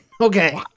okay